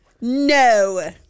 no